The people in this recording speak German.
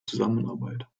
zusammenarbeit